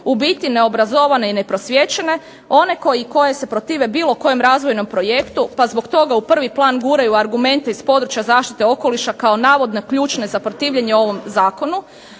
u biti neobrazovane i neprosvijećene, one koji se protive bilo kojem razvojnom projektu, pa zbog toga u prvi plan guraju argumente iz područja zaštite okoliša kao navodne ključne za protivljenje ovom Zakonu,